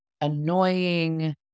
annoying